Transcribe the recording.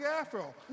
afro